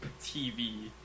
TV